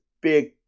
big